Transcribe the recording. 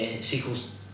sequels